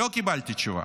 לא קיבלתי תשובה.